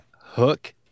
Hook